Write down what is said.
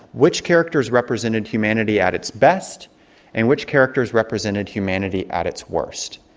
which characters represented humanity at its best and which characters represented humanity at its worst.